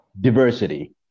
Diversity